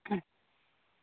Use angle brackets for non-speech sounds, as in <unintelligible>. <unintelligible>